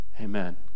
Amen